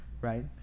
Right